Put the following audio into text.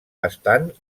estan